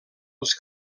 els